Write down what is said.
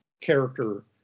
character